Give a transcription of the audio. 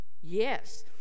Yes